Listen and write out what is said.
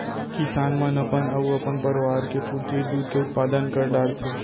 किसान मन अपन अउ अपन परवार के पुरती दूद के उत्पादन कर डारथें